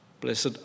Blessed